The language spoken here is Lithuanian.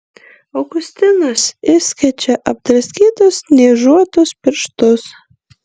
augustinas išskečia apdraskytus niežuotus pirštus